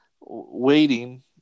waiting –